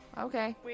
okay